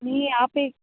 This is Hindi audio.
नहीं आप एक